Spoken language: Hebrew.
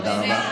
תודה רבה.